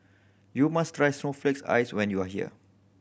you must try snowflakes ice when you are here